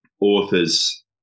authors